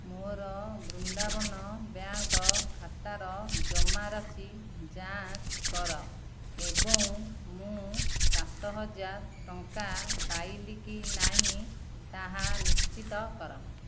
ମୋର ବୃନ୍ଦାବନ ବ୍ୟାଙ୍କ୍ ଖାତାର ଜମାରାଶି ଯାଞ୍ଚ କର ଏବଂ ମୁଁ ସାତ ହଜାର ଟଙ୍କା ପାଇଲି କି ନାହିଁ ତାହା ନିଶ୍ଚିତ କର